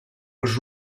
was